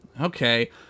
Okay